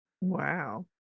Wow